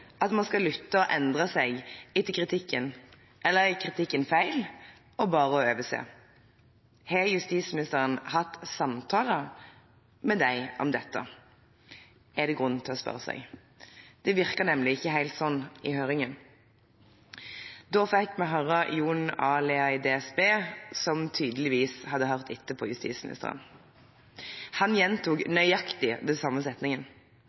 at man skal lytte og endre seg etter kritikken, eller er kritikken feil og bare å overse? Har justisministeren hatt samtaler med dem om dette, er det grunn til å spørre seg. Det virket nemlig ikke helt sånn i høringen. Da fikk vi høre Jon A. Lea i DSB, som tydeligvis hadde hørt på justisministeren. Han gjentok nøyaktig den